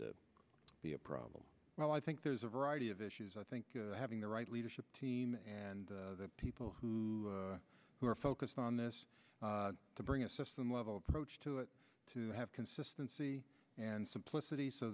to be a problem well i think there's a variety of issues i think having the right leadership team and the people who who are focused on this to bring a system level approach to it to have consistency and simplicity so